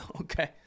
okay